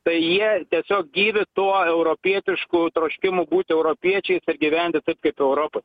tai jie tiesiog gyvi tuo europietišku troškimu būti europiečiais ir gyventi taip kaip europoj